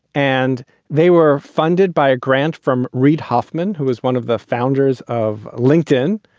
and they were funded by a grant from reid hoffman, who is one of the founders of lincoln.